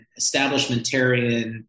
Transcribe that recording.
establishmentarian